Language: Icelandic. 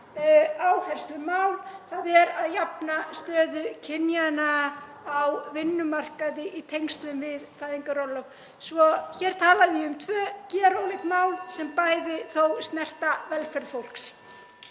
áherslumál, þ.e. að jafna stöðu kynjanna á vinnumarkaði í tengslum við fæðingarorlof. Hér talaði ég um tvö gjörólík mál sem bæði snerta þó velferð fólks.